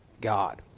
God